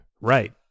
right